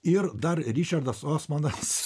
ir dar ričardas osmanas